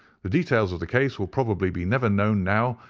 the details of the case will probably be never known now,